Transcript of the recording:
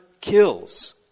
kills